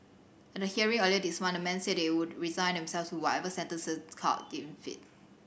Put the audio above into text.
at a hearing earlier this month the men said they would resign themselves to whatever sentence the court deemed fit